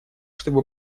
чтобы